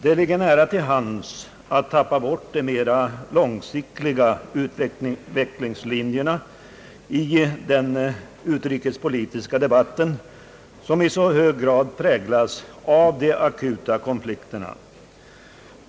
Det ligger nära till hands att tappa bort de mera långsiktiga utvecklingslinjerna i den utrikespolitiska debatten, som i så hög grad präglas av de akuta konflikterna.